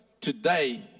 today